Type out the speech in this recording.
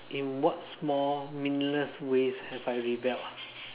in what small meaningless ways have I rebelled ah